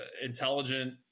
intelligent